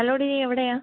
hello എടീ നീ എവിടെയാണ്